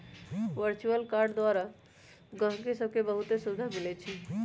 virtual card द्वारा गहकि सभके बहुते सुभिधा मिलइ छै